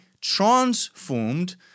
transformed